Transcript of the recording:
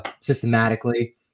systematically